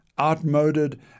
outmoded